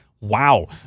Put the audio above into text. wow